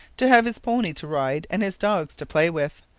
to have his pony to ride and his dogs to play with.